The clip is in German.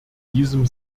diesem